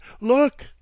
look